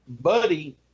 Buddy